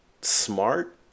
smart